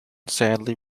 sadly